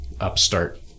upstart